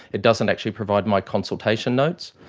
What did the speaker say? it doesn't actually provide my consultation notes.